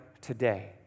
today